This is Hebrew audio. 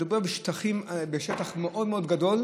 מדובר בשטח מאוד מאוד גדול.